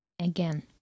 again